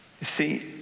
see